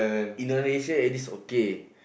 Indonesia at least okay